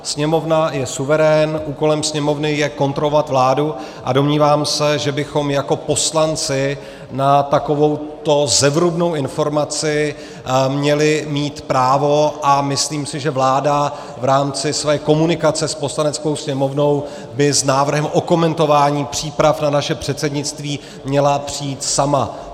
Sněmovna je suverén, úkolem Sněmovny je kontrovat vládu, a domnívám se, že bychom jako poslanci na takovouto zevrubnou informaci měli mít právo, a myslím si, že vláda v rámci své komunikace s Poslaneckou sněmovnou by s návrhem okomentování příprav na naše předsednictví měla přijít sama.